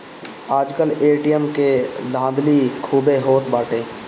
आजकल ए.टी.एम के धाधली खूबे होत बाटे